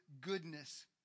goodness